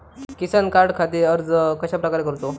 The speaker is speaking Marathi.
किसान कार्डखाती अर्ज कश्याप्रकारे करूचो?